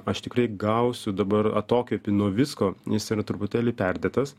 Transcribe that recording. aš tikrai gausiu dabar atokvėpį nuo visko jis yra truputėlį perdėtas